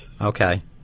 Okay